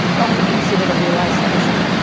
often considered a relay station.